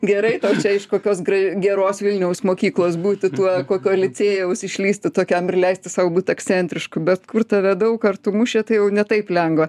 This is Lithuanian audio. gerai čia iš kokios grai geros vilniaus mokyklos būti tuo kokio licėjaus išlįsti tokiam ir leisti sau būt ekscentrišku bet kur tave daug kartų mušė tai jau ne taip lengva